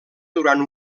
durant